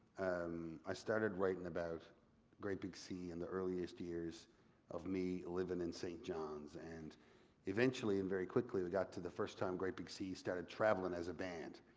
i started writing about great big sea in the earliest years of me living in st. john's. and eventually and very quickly, it got to the first time great big sea started traveling as a band.